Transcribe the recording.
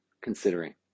considering